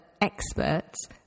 experts